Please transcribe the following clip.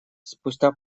спустя